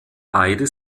beide